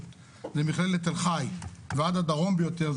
זה מכללת תל חי ועד הדרום ביותר,